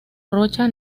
rocha